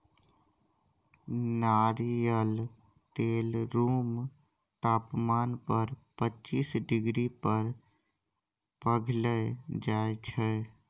नारियल तेल रुम तापमान पर पचीस डिग्री पर पघिल जाइ छै